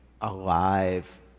alive